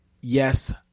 yes